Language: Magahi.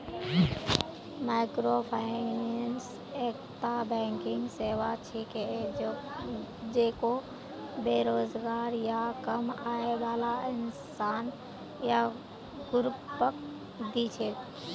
माइक्रोफाइनेंस एकता बैंकिंग सेवा छिके जेको बेरोजगार या कम आय बाला इंसान या ग्रुपक दी छेक